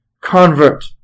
convert